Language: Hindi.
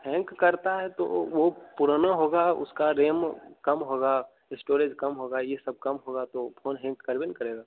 हैंक करता है तो वो वो पुराना होगा उसका रेम कम होगा स्टोरेज कम होगा ये सब कम होगा तो फोन हैंग करबे न करेगा